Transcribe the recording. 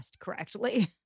correctly